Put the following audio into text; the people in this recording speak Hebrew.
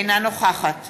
אינה נוכחת